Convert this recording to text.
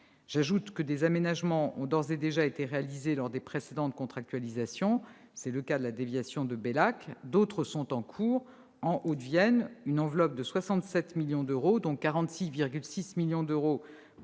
J'ajoute que des aménagements ont d'ores et déjà été réalisés lors des précédentes contractualisations ; c'est le cas de la déviation de Bellac. D'autres sont en cours. En Haute-Vienne, une enveloppe de 67 millions d'euros, dont 46,5 millions d'euros